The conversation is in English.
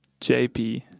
JP